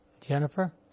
Jennifer